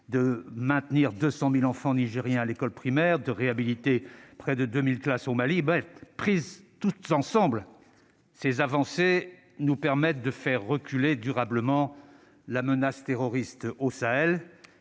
maintenu 200 000 enfants nigériens à l'école primaire et réhabilité près de 2 000 classes au Mali. Prises ensemble, ces avancées nous permettent de faire reculer durablement la menace terroriste au Sahel,